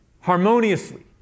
Harmoniously